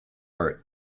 are